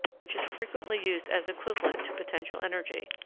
which is frequently used as equivalent to potential energy.